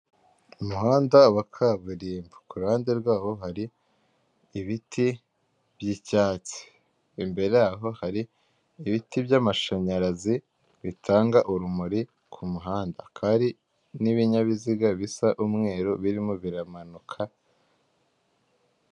Umuhanda wa kaburimbo ku ruhande rwaho hari ibiti by'icyatsi, imbere yaho hari ibiti by'amashanyarazi bitanga urumuri ku muhanda, hakaba hari n'ibinyabiziga bisa umweru birimo biramanuka.